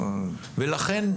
לכן,